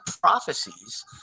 prophecies